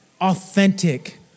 authentic